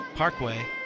Parkway